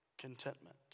contentment